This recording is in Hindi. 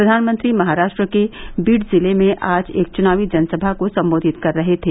प्रधानमंत्री महाराष्ट्र के बीड जिले में आज एक चुनावी जनसभा को संबोधित कर रहे थे